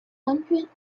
hundreds